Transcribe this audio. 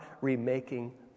remaking